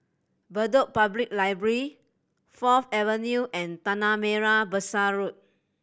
Bedok Public Library Fourth Avenue and Tanah Merah Besar Road